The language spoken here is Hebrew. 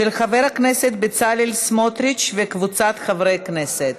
של חבר הכנסת יעקב מרגי וקבוצת חברי הכנסת,